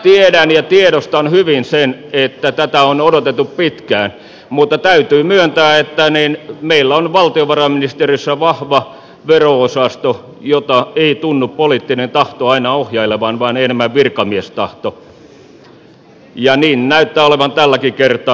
tiedän ja tiedostan hyvin sen että tätä on odotettu pitkään mutta täytyy myöntää että meillä on valtiovarainministeriössä vahva vero osasto jota ei tunnu poliittinen tahto aina ohjailevan vaan enemmän virkamiestahto ja niin näyttää olevan tälläkin kertaa